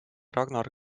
ragnar